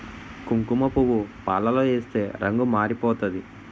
కుంకుమపువ్వు పాలలో ఏస్తే రంగు మారిపోతాది